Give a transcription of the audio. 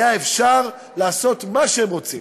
היה אפשר לעשות מה שהם רוצים.